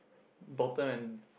bottom and